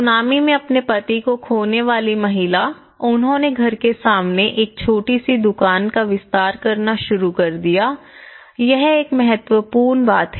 tsunami में अपने पति को खोने वाली महिला उन्होंने घर के सामने एक छोटी सी दुकान का विस्तार करना शुरू कर दिया यह एक महत्वपूर्ण बात है